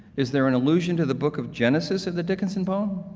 is there an allusion to the book of genesis of the dickinson poem?